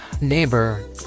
Neighbor